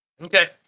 Okay